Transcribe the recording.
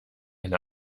eine